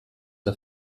der